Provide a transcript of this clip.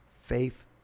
Faith